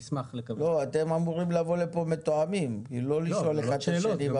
אתם אמורים לבוא לכאן מתואמים ולא לשאול אחד את השני.